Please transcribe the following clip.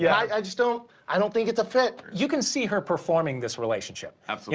yeah i just don't i don't think it's a fit. you can see her performing this relationship. you